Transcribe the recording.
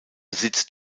besitz